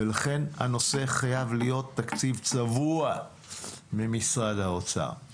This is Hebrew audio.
ולכן הנושא חייב להיות תקציב צבוע ממשרד האוצר.